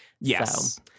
Yes